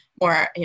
more